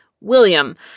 William